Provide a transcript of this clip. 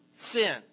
sin